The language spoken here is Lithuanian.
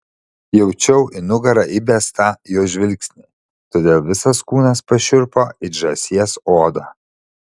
jaučiau į nugarą įbestą jo žvilgsnį todėl visas kūnas pašiurpo it žąsies oda